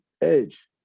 edge